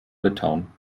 litauen